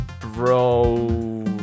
bro